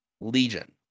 Legion